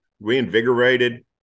reinvigorated